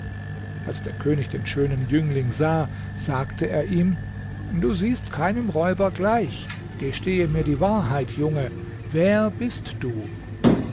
als der könig den schönen jüngling sah sagte er ihm du siehst keinem räuber gleich gestehe mir die wahrheit junge wer bist du